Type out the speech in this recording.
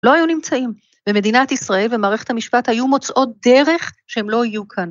לא היו נמצאים במדינת ישראל ומערכת המשפט היו מוצאות דרך שהם לא היו כאן.